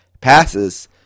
passes